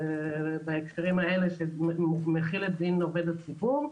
בהקשר האלה שמכיל את דין עובד הציבור.